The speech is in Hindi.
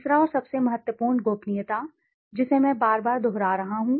तीसरा और सबसे महत्वपूर्ण गोपनीयता जिसे मैं बार बार दोहरा रहा हूं